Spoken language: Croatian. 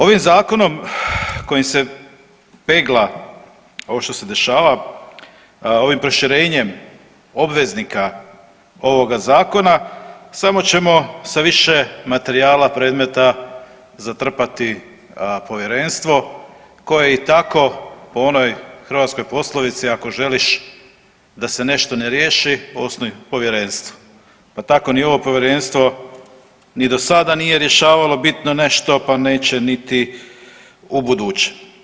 Ovim zakonom kojim se pegla ovo što se dešava, ovim proširenjem obveznika ovoga zakona samo ćemo sa više materijala predmeta zatrpati povjerenstvo koje je i tako po onoj hrvatskoj poslovici „ako želiš da se nešto ne riješi osnuj povjerenstvo“, pa tako ni ovo povjerenstvo ni do sada nije rješavalo bitno nešto, pa neće niti u buduće.